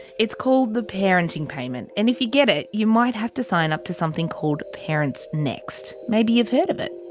it's called the parenting payment, and if you get it, you might have to sign up to something called parents next. maybe you've heard of it?